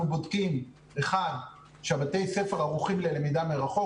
בודקים שבתי הספר ערוכים ללמידה מרחוק.